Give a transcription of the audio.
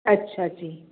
ਅੱਛਾ ਜੀ